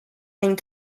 and